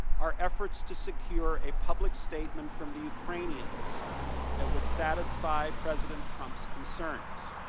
our efforts to secure a public statement from the ukrainians that would satisfy president trump's concerns.